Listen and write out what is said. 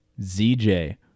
ZJ